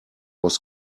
was